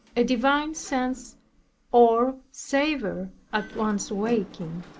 a divine sense or savor at one's waking.